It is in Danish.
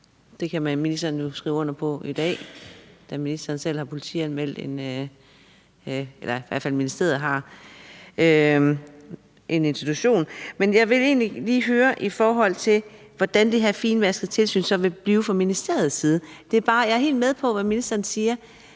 da ministeren selv, eller i hvert fald ministeriet, har politianmeldt en institution. Men jeg vil egentlig lige høre om, hvordan det her finmaskede tilsyn så vil blive fra ministeriets side. Jeg er helt med på, hvad ministeren siger,